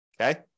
Okay